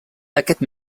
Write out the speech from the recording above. aquest